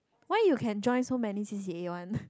why you can join so many c_c_a one